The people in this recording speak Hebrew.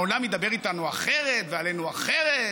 העולם ידבר איתנו אחרת ועלינו אחרת?